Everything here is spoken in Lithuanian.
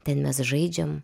ten mes žaidžiam